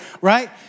right